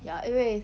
ya 因为